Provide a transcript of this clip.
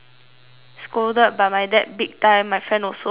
scolded by my dad big time my friend also and then my